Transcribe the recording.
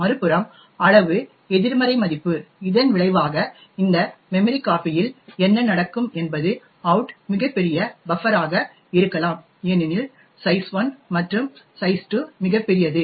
மறுபுறம் அளவு எதிர்மறை மதிப்பு இதன் விளைவாக இந்த memcpy இல் என்ன நடக்கும் என்பது அவுட் மிகப் பெரிய பஃப்பர் ஆக இருக்கலாம் ஏனெனில் சைஸ் 1 மற்றும் சைஸ் 2 மிகப் பெரியது